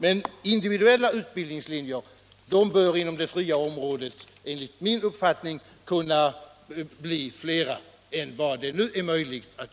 Men de individuella utbildningslinjerna inom det fria området bör enligt min uppfattning kunna bli fler än som nu är möjligt.